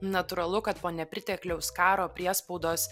natūralu kad po nepritekliaus karo priespaudos